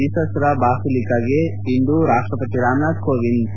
ಜೀಸಸ್ರ ಬಾಸಿಲಿಕಾಗೆ ಇಂದು ರಾಷ್ಟಪತಿ ರಾಮನಾಥ್ ಕೋವಿಂದ್ ಭೇಟಿ